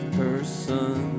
person